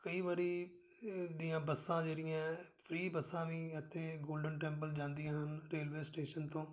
ਕਈ ਵਾਰੀ ਦੀਆਂ ਬੱਸਾਂ ਜਿਹੜੀਆਂ ਫਰੀ ਬੱਸਾਂ ਵੀ ਅਤੇ ਗੋਲਡਨ ਟੈਂਪਲ ਜਾਂਦੀਆਂ ਹਨ ਰੇਲਵੇ ਸਟੇਸ਼ਨ ਤੋਂ